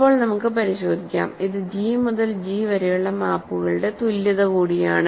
ഇപ്പോൾ നമുക്ക് പരിശോധിക്കാം ഇത് ജി മുതൽ ജി വരെയുള്ള മാപ്പുകളുടെ തുല്യത കൂടിയാണ്